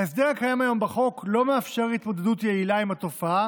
ההסדר הקיים היום בחוק לא מאפשר התמודדות יעילה עם התופעה